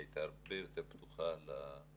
היא הייתה הרבה יותר פתוחה לאילוצים,